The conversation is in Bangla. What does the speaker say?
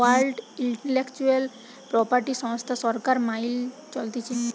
ওয়ার্ল্ড ইন্টেলেকচুয়াল প্রপার্টি সংস্থা সরকার মাইল চলতিছে